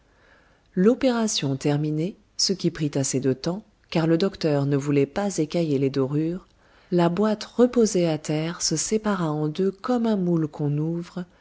l'opération terminée ce qui prit assez de temps car le docteur ne voulait pas écailler les dorures la boîte reposée à terre se sépara en deux comme un moule qu'on ouvre